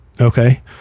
okay